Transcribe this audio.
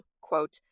quote